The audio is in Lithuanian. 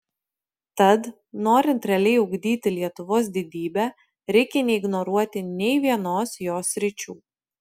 tad norint realiai ugdyti lietuvos didybę reikia neignoruoti nei vienos jos sričių